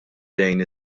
dejn